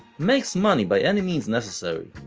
makes money by any means necessary,